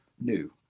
new